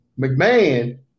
McMahon